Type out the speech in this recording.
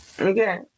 Okay